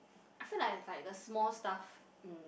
I feel like like the small stuff um